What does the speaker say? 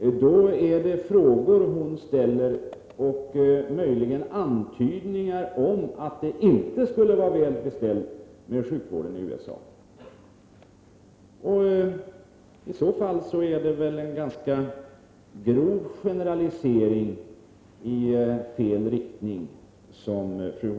Med dessa frågor antyder hon möjligen att det inte skulle vara väl beställt med sjukvården i USA. I så fall gör fru Håvik en ganska grov generalisering i fel riktning.